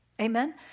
Amen